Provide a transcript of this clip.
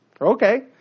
Okay